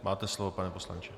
Máte slovo, pane poslanče.